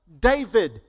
David